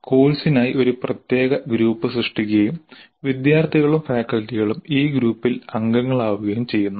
കോഴ്സിനായി ഒരു പ്രത്യേക ഗ്രൂപ്പ് സൃഷ്ടിക്കുകയും വിദ്യാർത്ഥികളും ഫാക്കൽറ്റികളും ഈ ഗ്രൂപ്പിലെ അംഗങ്ങളാവുകയും ചെയ്യുന്നു